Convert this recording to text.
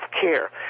care